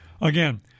Again